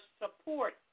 support